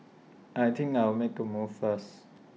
I think I'll make A move first